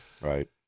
Right